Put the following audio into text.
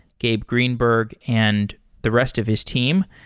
gabe greenberg, and the rest of his team.